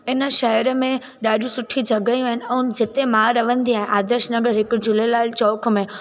हिन शहर में ॾाढियूं सुठी जॻहयूं आहिनि ऐं जिते मां रहंदी आहियां आदर्श नगर हिक झूलेलाल चौक में